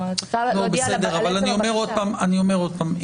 אני אומר עוד פעם,